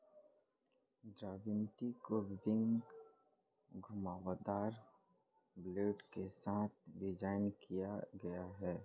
दरांती को विभिन्न घुमावदार ब्लेड के साथ डिज़ाइन किया गया है